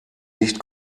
nicht